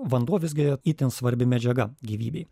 vanduo visgi itin svarbi medžiaga gyvybei